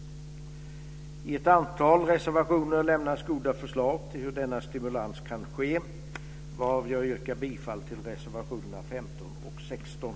I ett antal reservationer lämnas goda förslag till hur denna stimulans kan ske, varav jag yrkar bifall till reservationerna 15 och 16.